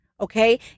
Okay